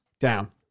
down